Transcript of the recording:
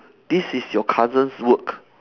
this is your cousin's work